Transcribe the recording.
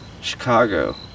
Chicago